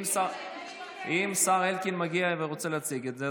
אם השר אלקין מגיע ורוצה להציג את זה,